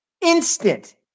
Instant